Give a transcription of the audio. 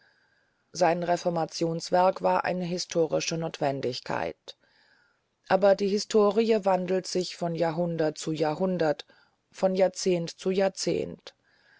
sein reformationswerk war eine historische notwendigkeit aber die historie wandelt sich von jahrhundert zu jahrhundert von jahrzehnt zu jahrzehnt